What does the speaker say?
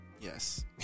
Yes